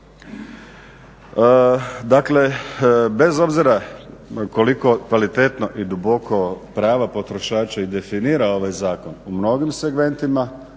Dakle, bez obzira koliko kvalitetno i duboko prava potrošača i definira ovaj zakon u mnogim segmentima